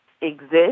exist